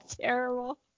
Terrible